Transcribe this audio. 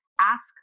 ask